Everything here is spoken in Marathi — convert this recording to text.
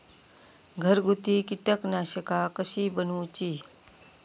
घरगुती कीटकनाशका कशी बनवूची?